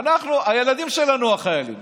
הילדים שלנו הם החיילים.